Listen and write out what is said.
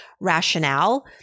rationale